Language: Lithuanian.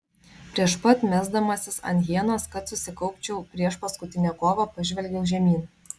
prieš pat mesdamasis ant hienos kad susikaupčiau prieš paskutinę kovą pažvelgiau žemyn